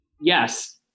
Yes